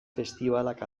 festibalak